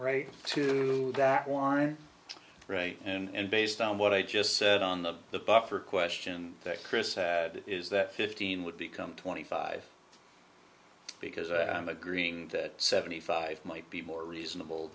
right to that wire right and based on what i just said on the the buffer question that chris had is that fifteen would become twenty five because i'm agreeing that seventy five might be more reasonable